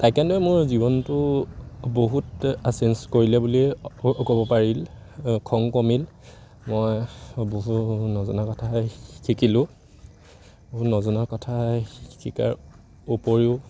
টাইকোৱনড'ই মোৰ জীৱনটো বহুত চেঞ্জ কৰিলে বুলি ক'ব পাৰি খং কমিল মই বহু নজনা কথাই শিকিলোঁ বহু নজনা কথা শিকাৰ উপৰিও